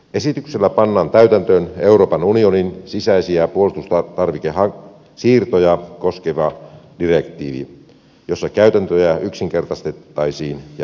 esityksellä pannaan täytäntöön euroopan unionin sisäisiä puolustustarvikesiirtoja koskeva direktiivi jossa käytäntöjä yksinkertaistettaisiin ja yhdenmukaistettaisiin